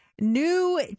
new